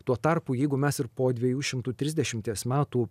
tuo tarpu jeigu mes ir po dviejų šimtų trisdešimties metų